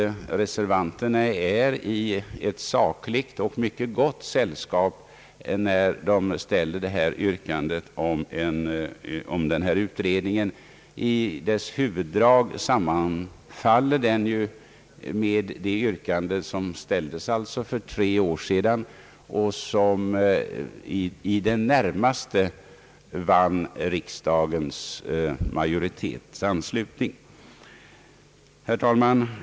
forskningspolitiken servanterna befinner sig i ett mycket gott sällskap när de ställer yrkandet om utredning. I sina huvuddrag sammanfaller yrkandet med det yrkande som ställdes för tre år sedan och som i det närmaste vann riksdagens bifall. Herr talman!